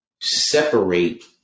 separate